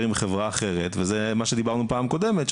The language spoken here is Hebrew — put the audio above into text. עם חברה אחרת וזה מה שדיברנו בפעם הקודמת,